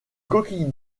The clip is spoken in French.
coquilles